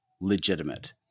legitimate